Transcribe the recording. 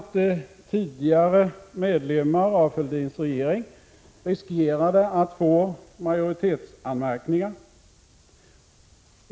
Tidigare medlemmar av Fälldins regering riskerade då att få majoritetsanmärkningar.